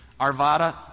Arvada